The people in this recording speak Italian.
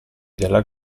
della